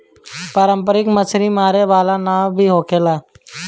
पारंपरिक मछरी मारे वाला नाव भी होखेला